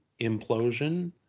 implosion